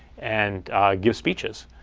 and give speeches.